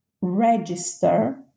register